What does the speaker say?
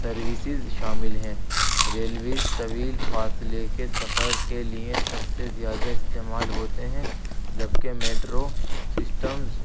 services شامل ہیں railways طویل فاصلے کے سفر کے لیے سب سے زیادہ استعمال ہوتے ہیں جبکہ میٹرو سسٹمز